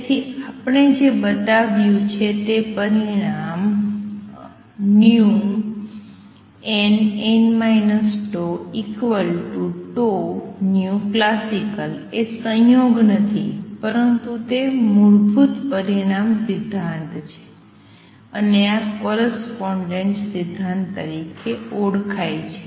તેથી આપણે જે બતાવ્યું છે તે પરિણામ nn τ τclasical એ સંયોગ નથી પરંતુ તે મૂળભૂત પરિણામ સિદ્ધાંત છે અને આ કોરસ્પોંડેન્સ સિદ્ધાંત તરીકે ઓળખાય છે